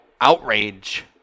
outrage